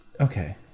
Okay